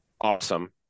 awesome